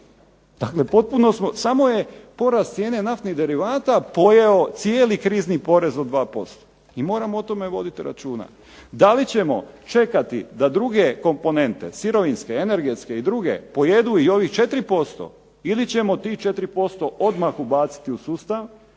Dakle, potpuno smo, samo je porast cijene naftnih derivata pojeo cijeli krizni porez od 2%. I moramo o tome voditi računa. Da li ćemo čekati da druge komponente, sirovinske, energetske i druge pojedu i ovih 4%? Ili ćemo tih 4% odmah ubaciti u sustav